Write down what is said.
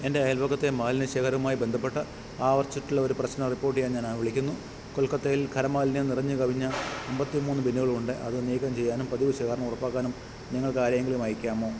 എൻ്റെ അയൽപക്കത്തെ മാലിന്യ ശേഖരവുമായി ബന്ധപ്പെട്ട ആവർത്തിച്ചിട്ടുള്ളൊരു പ്രശ്നം റിപ്പോർട്ട് ചെയ്യാൻ ഞാൻ വിളിക്കുന്നു കൊൽക്കത്തയിൽ ഖര മാലിന്യം നിറഞ്ഞുകവിഞ്ഞ അൻപത്തിമൂന്ന് ബിന്നുകളുണ്ട് അത് നീക്കം ചെയ്യാനും പതിവ് ശേഖരണം ഉറപ്പാക്കാനും നിങ്ങൾക്കാരെയെങ്കിലും അയയ്ക്കാമോ